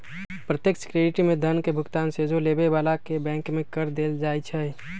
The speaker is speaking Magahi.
प्रत्यक्ष क्रेडिट में धन के भुगतान सोझे लेबे बला के बैंक में कऽ देल जाइ छइ